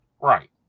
Right